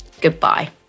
goodbye